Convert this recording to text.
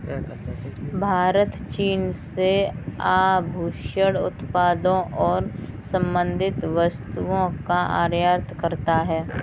भारत चीन से आभूषण उत्पादों और संबंधित वस्तुओं का आयात करता है